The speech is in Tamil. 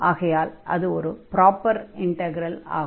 ஆகையால் அது ஒரு ப்ராப்பர் இண்டக்ரலாக இருக்கிறது